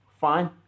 fine